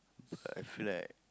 I feel like